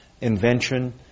invention